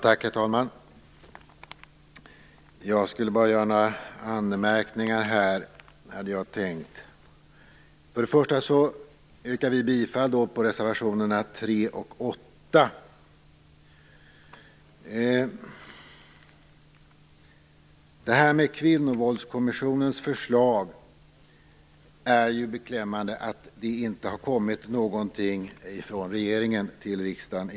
Herr talman! Jag skulle bara vilja göra några anmärkningar. Först och främst yrkar vi i kd bifall till reservationerna 3 och 8. När det gäller Kvinnovåldskommissionens förslag är det beklämmande att det inte har kommit någonting från regeringen till riksdagen.